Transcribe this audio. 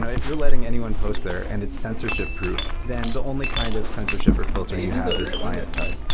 if you're letting anyone post there and it's sensorship proof, then the only kind of sensorship or filtering you have is client side.